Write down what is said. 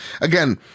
again